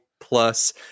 plus